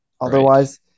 Otherwise